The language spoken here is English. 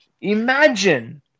Imagine